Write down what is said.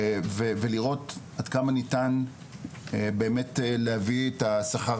ולראות עד כמה ניתן באמת להביא את השכר